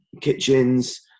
Kitchens